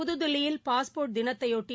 புதுதில்லியில் பாஸ்போா்ட் தினத்தைபொட்டி